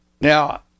Now